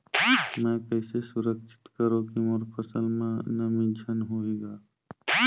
मैं कइसे सुरक्षित करो की मोर फसल म नमी झन होही ग?